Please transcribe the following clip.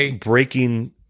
breaking